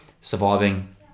surviving